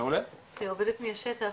כעובדת מהשטח,